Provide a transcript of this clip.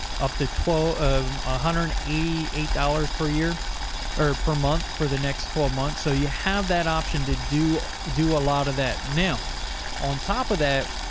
up to twelve of one ah hundred and eighty eight dollars per year or per month for the next twelve months. so you have that option to do, do a lot of that. now on top of that,